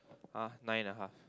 uh nine and a half